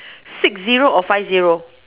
six zero or five zero